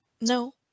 No